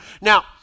Now